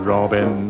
Robin